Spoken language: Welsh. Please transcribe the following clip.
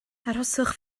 arhoswch